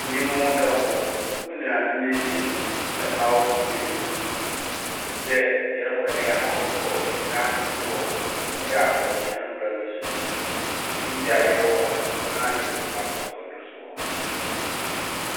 Menye mo ho kafo, mo nuanom ebien na m'awofo beenu n'. Ɔnam dɛ yɛkɔ na yɛakɔbɔ hɛn asese wɔ hɔ na yɛasɔw hɛn bra so do wɔ hɔ. Enyigye a yɛwɔ wɔ ha n' ɔnoara so na yɛbɔkɔ akɔsɔw do so wɔ hɔ.